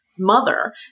mother